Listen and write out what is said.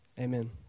amen